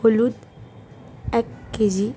হলুদ এক কেজি